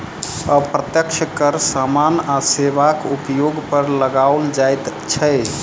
अप्रत्यक्ष कर सामान आ सेवाक उपयोग पर लगाओल जाइत छै